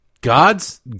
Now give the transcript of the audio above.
God's